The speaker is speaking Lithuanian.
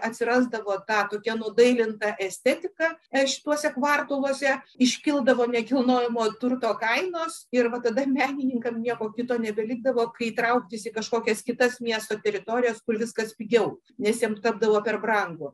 atsirasdavo ta tokia nudailinta estetika e šituose kvartaluose iškildavo nekilnojamojo turto kainos ir va tada menininkam nieko kito nebelikdavo kai trauktis į kažkokias kitas miesto teritorijas kur viskas pigiau nes jiem tapdavo per brangu